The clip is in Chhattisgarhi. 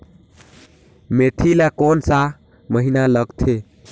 मेंथी ला कोन सा महीन लगथे?